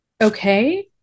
okay